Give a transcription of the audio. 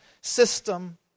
system